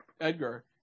Edgar